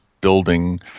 building